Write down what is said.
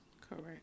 Correct